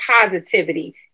positivity